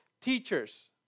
teachers